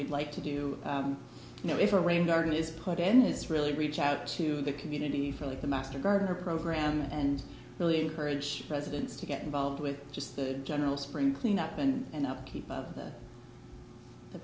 we'd like to do now if a rain garden is put in is really reach out to the community for the master gardener program and really encourage residents to get involved with just the general spring cleanup and upkeep of the the